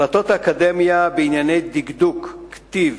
החלטות האקדמיה בענייני דקדוק, כתיב,